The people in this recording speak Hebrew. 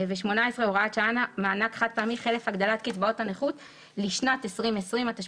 הוראת שעה) (מענק חד-פעמי חלף הגדלת קצבאות הנכות לשנת 2020) (תיקון),